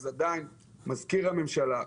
אז עדיין: מזכיר הממשלה,